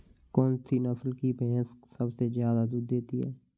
कौन सी नस्ल की भैंस सबसे ज्यादा दूध देती है?